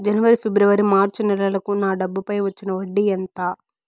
జనవరి, ఫిబ్రవరి, మార్చ్ నెలలకు నా డబ్బుపై వచ్చిన వడ్డీ ఎంత